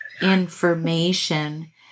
information